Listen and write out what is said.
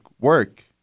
work